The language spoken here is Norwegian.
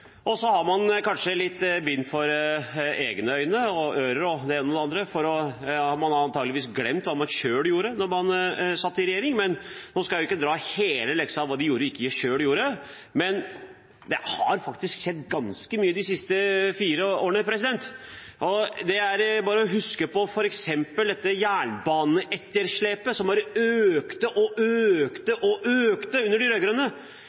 Så har man kanskje litt bind for egne øyne og ører – og det ene og det andre. Man har antakeligvis glemt hva man selv gjorde da man satt i regjering. Nå skal jeg ikke dra hele leksa om hva de selv gjorde og ikke gjorde, men det har faktisk skjedd ganske mye de siste fire årene. Det er bare å huske f.eks. jernbaneetterslepet, som bare økte og økte og økte under de